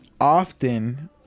often